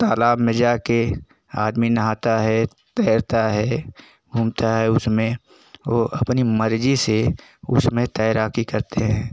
तालाब में जा कर आदमी नहाता है तैरता है घूमता है उसमें वह अपनी मर्ज़ी से उसमें तैराकी करते हैं